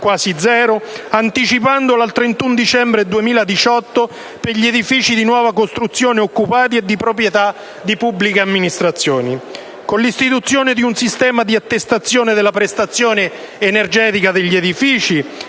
quasi zero, anticipandolo al 31 dicembre 2018 per gli edifici di nuova costruzione occupati e di proprietà di pubbliche amministrazioni. Con l'istituzione di un sistema di attestazione della prestazione energetica degli edifici